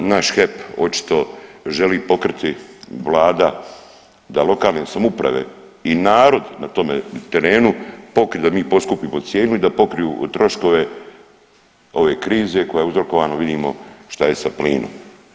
Naš HEP očito želi pokriti Vlada da lokalne samouprave i narod na tome terenu pokriju, da mi poskupimo cijenu i da pokriju troškove ove krize koja je uzrokovano vidimo šta je sa plinom.